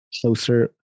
closer